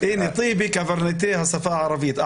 לשפה העברית?